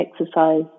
exercise